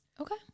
Okay